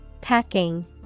Packing